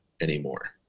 anymore